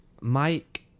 Mike